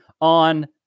on